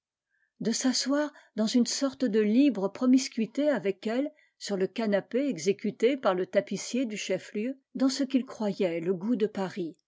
de s'asseoir dans une sorte de libre promiscuité avec elle sur le canapé exécuté par le tapissier du chef-lieu dans ce qu'il croyait le goût de paris